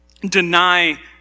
deny